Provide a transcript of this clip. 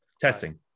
testing